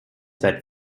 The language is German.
seit